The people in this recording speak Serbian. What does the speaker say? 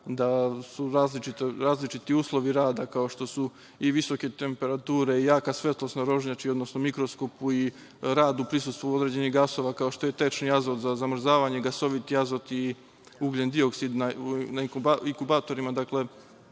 da su različiti uslovi rada, kao što su i visoke temperature, jaka svetlost na rožnjaču, odnosno rad na mikroskopu i rad u prisustvu određenih gasova kao što je tečni azot za zamrzavanje, gasoviti azot i ugljen dioksid na inkubatorima.